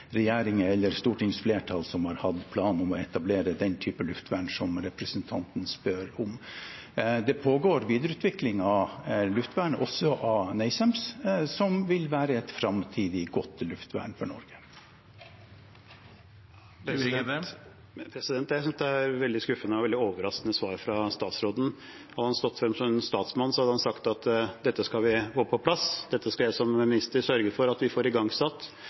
eller stortingsflertall som har hatt planer om å etablere den type luftvern som representanten spør om. Det pågår videreutvikling av luftvernet, også av NASAMS, som vil være et framtidig godt luftvern for Norge. Christian Tybring-Gjedde – til oppfølgingsspørsmål Jeg synes det er et veldig skuffende og veldig overraskende svar fra statsråden. Hadde han stått fram som en statsmann, hadde han sagt: Dette skal vi få på plass, dette skal jeg som minister sørge for at vi får igangsatt.